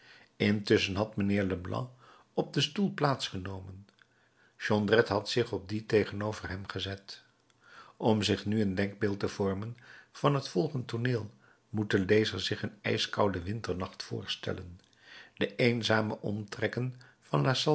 intusschen had mijnheer leblanc op den stoel plaats genomen jondrette had zich op dien tegenover hem gezet om zich nu een denkbeeld te vormen van het volgend tooneel moet de lezer zich een ijskouden winternacht voorstellen de eenzame omstreken van